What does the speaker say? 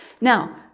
Now